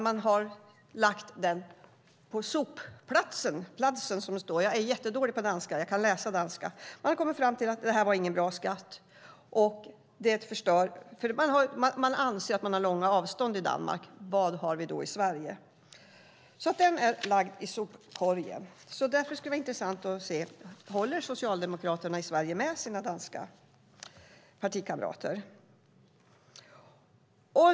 Man har lagt den på sopplatsen, som det står. Jag är jättedålig på danska. Men jag kan läsa danska. Man har kommit fram till att det här inte var någon bra skatt. Man anser att man har långa avstånd i Danmark. Vad har vi då i Sverige? Den är alltså lagd i sopkorgen. Därför skulle det vara intressant att veta: Håller Socialdemokraterna i Sverige med sina danska partikamrater?